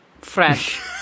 fresh